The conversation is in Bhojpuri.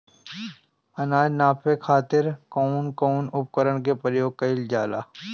अनाज नापे खातीर कउन कउन उपकरण के प्रयोग कइल जाला?